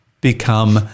become